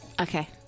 Okay